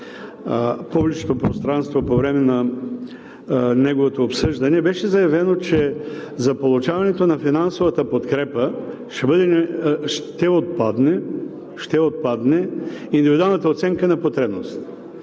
публичното пространство по време на неговото обсъждане, беше заявено, че за получаването на финансовата подкрепа ще отпадне индивидуалната оценка на потребностите.